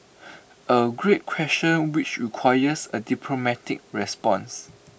A great question which requires A diplomatic response